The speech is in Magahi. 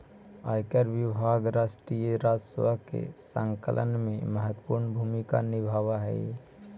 आयकर विभाग राष्ट्रीय राजस्व के संकलन में महत्वपूर्ण भूमिका निभावऽ हई